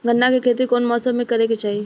गन्ना के खेती कौना मौसम में करेके चाही?